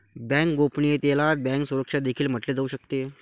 bank गोपनीयतेला bank सुरक्षा देखील म्हटले जाऊ शकते